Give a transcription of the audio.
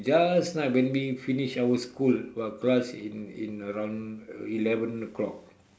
just nice when we finish our school our class in in around eleven O clock